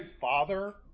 father